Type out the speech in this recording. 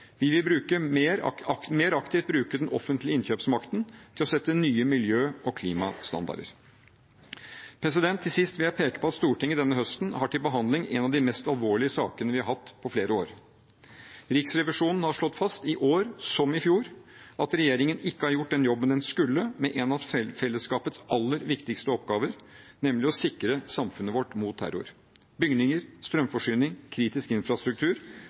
Vi vil bruke den offentlige innkjøpsmakten mer aktivt til å sette nye miljø- og klimastandarder. Til sist vil jeg peke på at Stortinget denne høsten har til behandling en av de mest alvorlige sakene vi har hatt på flere år. Riksrevisjonen har slått fast, i år som i fjor, at regjeringen ikke har gjort den jobben den skulle med en av fellesskapets aller viktigste oppgaver, nemlig å sikre samfunnet vårt mot terror. Bygninger, strømforsyning, kritisk infrastruktur,